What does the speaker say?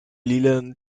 lilanen